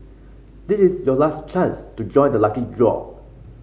this is your last chance to join the lucky draw